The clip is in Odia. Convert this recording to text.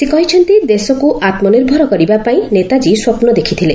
ସେ କହିଛନ୍ତି ଦେଶକୁ ଆତ୍ମନିର୍ଭର କରିବା ପାଇଁ ନେତାଜ୍ଞୀ ସ୍ୱପ୍ନ ଦେଖିଥିଲେ